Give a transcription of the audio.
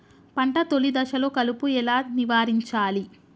పంట తొలి దశలో కలుపు ఎలా నివారించాలి?